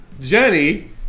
Jenny